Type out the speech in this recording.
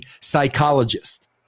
psychologist